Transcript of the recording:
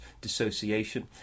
dissociation